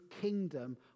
kingdom